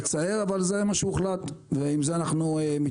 מצער, אבל זה מה שהוחלט, ועם זה אנחנו מתמודדים.